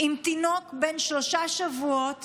עם תינוק בן שלושה שבועות